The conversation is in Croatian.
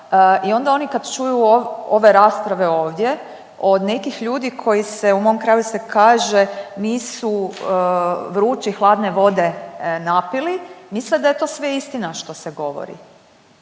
i onda oni kad čuju ove rasprave ovdje od nekih ljudi koji se, u mom kraju se kaže nisu vrući hladne vode napili, misle da je to sve istina što se govori